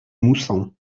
moussan